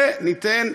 וניתן,